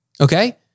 Okay